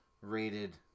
rated